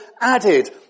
added